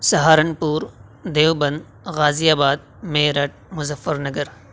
Saharanpur Deoband Ghaziabad Meerut Muzaffar Nagar